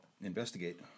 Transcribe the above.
investigate